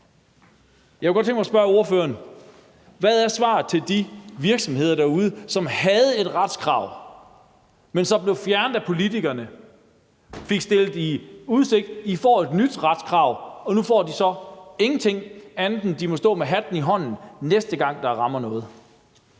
Jeg kunne godt tænke mig at spørge ordføreren: Hvad er svaret til de virksomheder derude, som havde et retskrav, men hvor det blev fjernet af politikerne? De blev stillet i udsigt, at de ville få et nyt retskrav, og nu får de så ingenting og må stå med hatten i hånden, næste gang de bliver ramt